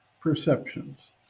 perceptions